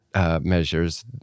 Measures